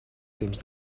temps